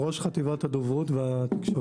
ראש חטיבת הדוברות והתקשורת.